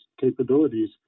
capabilities